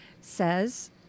says